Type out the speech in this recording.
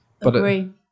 Agree